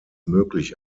möglich